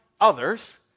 others